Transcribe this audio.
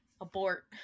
Abort